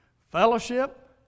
fellowship